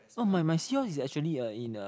oh my my seahorse is actually eh in a